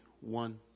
one